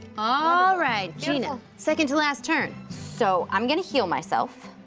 ah alright, gina, second to last turn. so, i'm gonna heal myself.